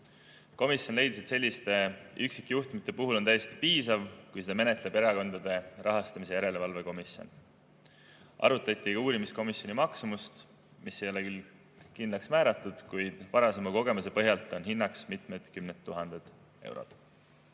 Komisjon leidis, et selliste üksikjuhtumite puhul on täiesti piisav, kui seda menetleb Erakondade Rahastamise Järelevalve Komisjon. Arutati ka uurimiskomisjoni maksumust, mis ei ole küll kindlaks määratud, kuid varasema kogemuse põhjal on hinnaks mitmed kümned tuhanded eurod.